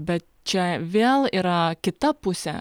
bet čia vėl yra kita pusė